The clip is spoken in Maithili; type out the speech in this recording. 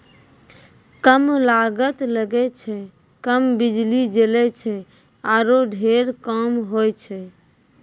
कम लागत लगै छै, कम बिजली जलै छै आरो ढेर काम होय छै